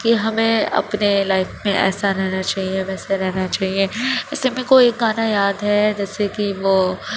کہ ہمیں اپنے لائف میں ایسا رہنا چاہیے ویسا رہنا چاہیے اس سمئے کوئی گانا یاد ہے جیسے کہ وہ